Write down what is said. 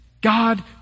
God